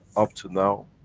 up to now,